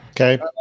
Okay